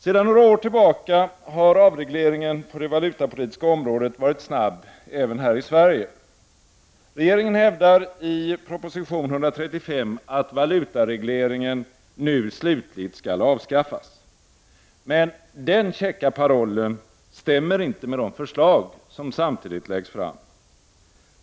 Sedan några år tillbaka har avregleringen på det valutapolitiska området varit snabb även i Sverige. Regeringen hävdar i proposition 135 att valutaregleringen nu slutligt skall avskaffas. Men den käcka parollen stämmer inte med de förslag som samtidigt läggs fram.